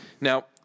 Now